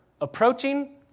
approaching